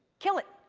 kill it!